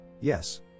Yes